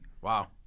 Wow